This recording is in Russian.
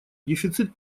дефицит